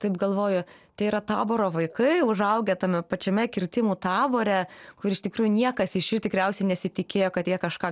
taip galvoju tai yra taboro vaikai užaugę tame pačiame kirtimų tabore kur iš tikrųjų niekas iš jų tikriausiai nesitikėjo kad jie kažką